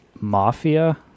Mafia